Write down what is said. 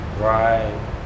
right